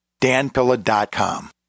danpilla.com